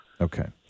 Okay